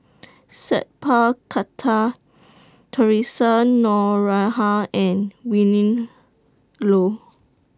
Sat Pal Khattar Theresa Noronha and Willin Low